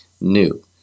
new